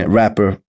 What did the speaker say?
rapper